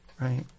right